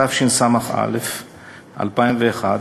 התשס"א 2001,